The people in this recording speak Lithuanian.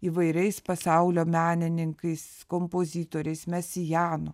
įvairiais pasaulio menininkais kompozitoriais mesijanu